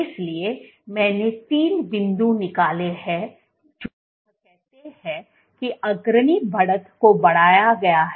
इसलिए मैंने तीन बिंदु निकाले हैं जो यह कहते हैं कि अग्रणी बढ़त को बढ़ाया गया है